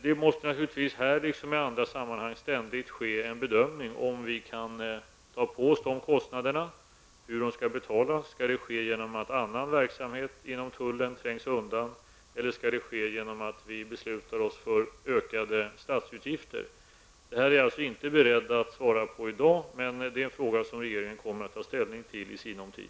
Det måste naturligtvis här, liksom i andra sammanhang, ständigt ske en bedömning av om vi kan ta på oss dessa kostnader, hur de skall finansieras, om det skall ske genom att en annan verksamhet inom tullen trängs undan eller om det kan ske genom att vi beslutar oss för ökade statsutgifter. Det här är jag alltså inte beredd att ge svar på i dag, utan det är en fråga som regeringen kommer att ta ställning till i sinom tid.